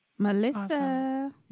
Melissa